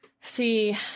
See